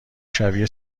شبیه